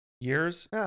years